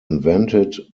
invented